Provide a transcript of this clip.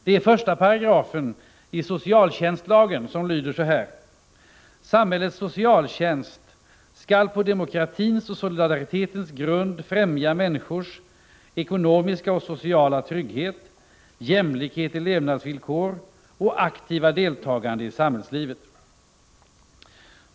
Det är 1 § socialtjänstlagen, som lyder så här: ”Samhällets socialtjänst skall på demokratins och solidaritetens grund främja människornas ekonomiska och sociala trygghet, jämlikhet i levnadsvillkor och aktiva deltagande i samhällslivet.